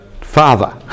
father